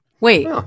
wait